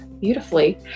beautifully